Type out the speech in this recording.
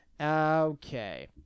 Okay